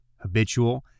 habitual